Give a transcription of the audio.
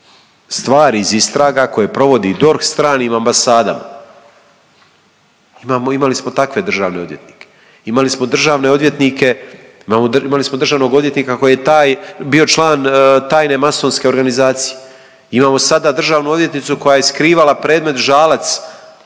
stvari iz istraga koje provodi DORH stranim ambasadama. Imali smo takve državne odvjetnike. Imali smo državne odvjetnike, imali smo državnog odvjetnika koji je bio član tajne masonske organizacije. Imamo sada državnu odvjetnicu koja je skrivala predmet Žalac